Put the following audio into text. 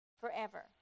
Forever